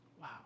Wow